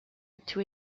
into